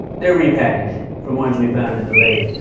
they are repackaged from ones we found in the lake.